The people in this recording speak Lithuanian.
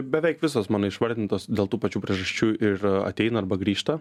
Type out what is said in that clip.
beveik visos mano išvardintos dėl tų pačių priežasčių ir ateina arba grįžta